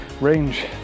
range